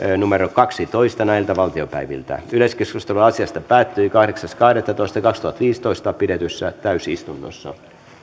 kaksitoista yleiskeskustelu asiasta päättyi kahdeksas kahdettatoista kaksituhattaviisitoista pidetyssä täysistunnossa